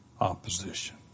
opposition